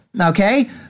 okay